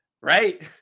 right